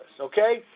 okay